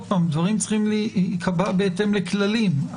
שוב - דברים צריכים להיקבע בהתאם לכללים.